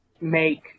make